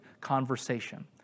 conversation